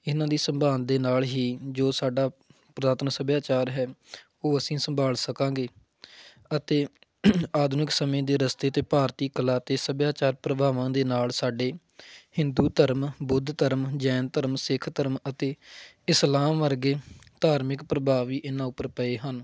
ਇਹਨਾਂ ਦੀ ਸੰਭਾਲ ਦੇ ਨਾਲ ਹੀ ਜੋ ਸਾਡਾ ਪੁਰਾਤਨ ਸੱਭਿਆਚਾਰ ਹੈ ਉਹ ਅਸੀਂ ਸੰਭਾਲ ਸਕਾਂਗੇ ਅਤੇ ਆਧੁਨਿਕ ਸਮੇਂ ਦੇ ਰਸਤੇ 'ਤੇ ਭਾਰਤੀ ਕਲਾ ਅਤੇ ਸੱਭਿਆਚਾਰ ਪ੍ਰਭਾਵਾਂ ਦੇ ਨਾਲ ਸਾਡੇ ਹਿੰਦੂ ਧਰਮ ਬੁੱਧ ਧਰਮ ਜੈਨ ਧਰਮ ਸਿੱਖ ਧਰਮ ਅਤੇ ਇਸਲਾਮ ਵਰਗੇ ਧਾਰਮਿਕ ਪ੍ਰਭਾਵ ਵੀ ਇਹਨਾਂ ਉੱਪਰ ਪਏ ਹਨ